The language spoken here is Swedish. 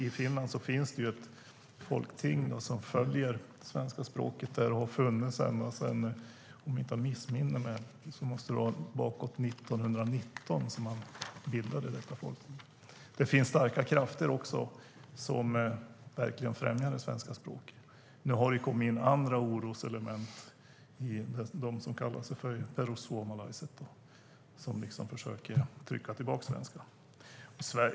I Finland finns det ett folkting som följer svenska språket, och det bildades redan 1919, om jag inte missminner mig. Det finns också starka krafter som verkligen främjar det svenska språket. Nu har det kommit in andra oroselement, som kallar sig Perussuomalaiset, som försöker trycka tillbaka svenskan.